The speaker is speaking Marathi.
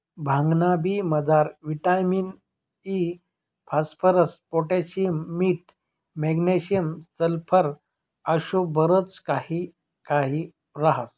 भांगना बी मजार विटामिन इ, फास्फरस, पोटॅशियम, मीठ, मॅग्नेशियम, सल्फर आशे बरच काही काही ह्रास